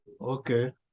okay